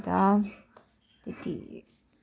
अन्त त्यति